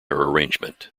arrangement